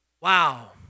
Wow